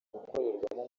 gukorerwamo